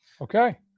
Okay